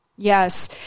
Yes